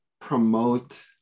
promote